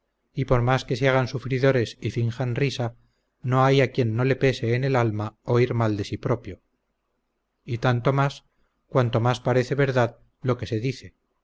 y por más que se hagan sufridores y finjan risa no hay a quien no le pese en el alma oír mal de sí propio y tanto más cuanto más parece verdad lo que se dice